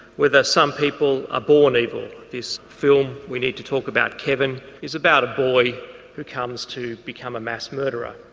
whether some people are ah born evil, this film we need to talk about kevin is about a boy who comes to become a mass murderer.